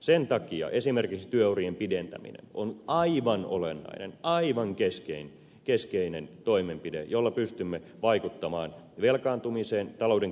sen takia esimerkiksi työurien pidentäminen on aivan olennainen aivan keskeinen toimenpide jolla pystymme vaikuttamaan velkaantumiseen talouden kestävyyteen